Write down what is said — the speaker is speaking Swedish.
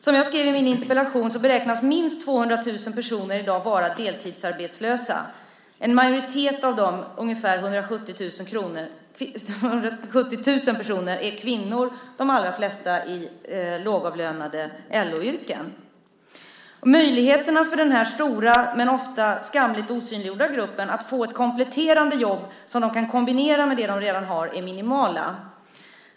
Som jag skrev i min interpellation beräknas minst 200 000 personer i dag vara deltidsarbetslösa. En majoritet av dem, ungefär 170 000 personer, är kvinnor, de allra flesta i lågavlönade LO-yrken. Möjligheterna för den här stora men ofta skamligt osynliggjorda gruppen att få ett kompletterande jobb som de kan kombinera med det de redan har är minimala.